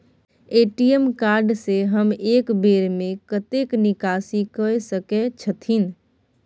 ATM card से हम एक बेर में कतेक निकासी कय सके छथिन?